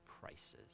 prices